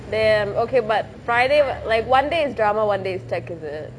then okay but friday like one day is drama one day is technology is it